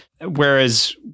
Whereas